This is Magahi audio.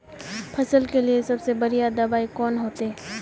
फसल के लिए सबसे बढ़िया दबाइ कौन होते?